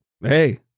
Hey